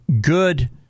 good